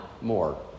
more